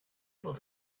able